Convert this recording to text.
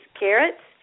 carrots